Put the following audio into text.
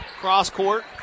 cross-court